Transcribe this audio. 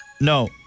No